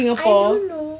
I don't know